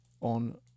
on